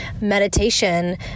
meditation